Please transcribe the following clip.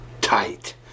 Tight